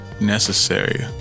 necessary